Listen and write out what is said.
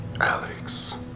Alex